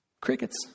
Crickets